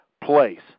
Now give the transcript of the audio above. place